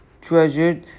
treasure